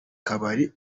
kabari